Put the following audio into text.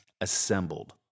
assembled